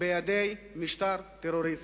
בידי משטר טרוריסטי.